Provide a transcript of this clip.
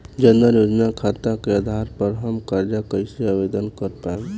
जन धन योजना खाता के आधार पर हम कर्जा कईसे आवेदन कर पाएम?